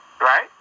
Right